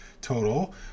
total